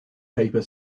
paper